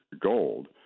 gold